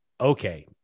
okay